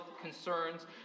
concerns